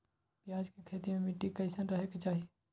प्याज के खेती मे मिट्टी कैसन रहे के चाही?